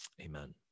Amen